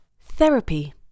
Therapy